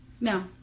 No